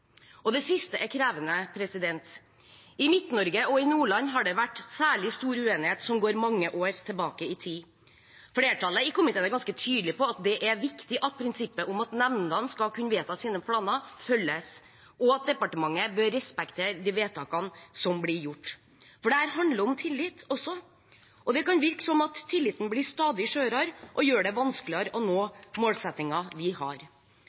Det siste er krevende. I Midt-Norge og i Nordland har det vært særlig stor uenighet som går mange år tilbake i tid. Flertallet i komiteen er ganske tydelig på at det er viktig at prinsippet om at nemndene skal kunne vedta sine planer, følges, og at departementet bør respektere de vedtakene som blir gjort. Dette handler også om tillit. Det kan virke som om tilliten blir stadig skjørere, noe som gjør det vanskeligere å nå målsettingen vi har.